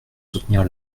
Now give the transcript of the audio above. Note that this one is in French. soutenir